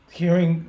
hearing